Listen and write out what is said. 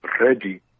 ready